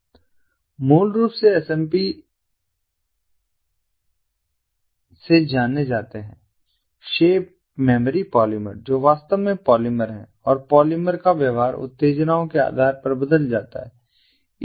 ये मूल रूप से SMP से जाने जाते हैं शेप मेमोरी पॉलिमर जो वास्तव में पॉलिमर हैं और पॉलिमर का व्यवहार उत्तेजनाओं के आधार पर बदल जाएगा